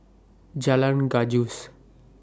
Jalan Gajus